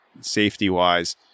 safety-wise